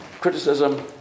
criticism